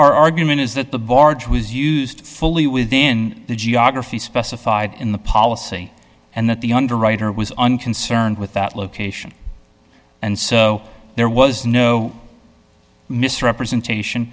our argument is that the barge was used fully within the geography specified in the policy and that the underwriter was unconcerned with that location and so there was no misrepresentation